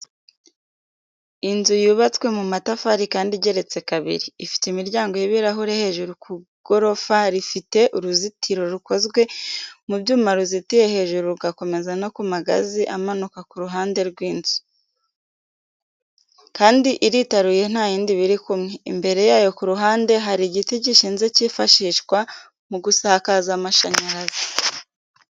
Inzu yubatswe mu matafari kandi igeretse kabiri. Ifite imiryango y'ibirahure hejuru ku gorofa ifite uruzitiro rukozwe mu byuma ruzitiye hejuru rugakomeza no ku magazi amanuka ku ruhande rw'inzu. Kandi iritaruye ntayindi biri kumwe, Imbere yayo ku ruhande hari igiti gishinze cyifashishwa mu gusakaza amashyanyarazi.